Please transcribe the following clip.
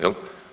Jel'